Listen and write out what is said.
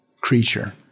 creature